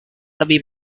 lebih